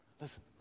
Listen